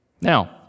Now